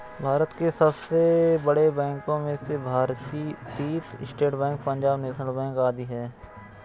भारत के सबसे बड़े बैंको में से भारतीत State Bank, Punjab National Bank आदि है